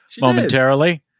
momentarily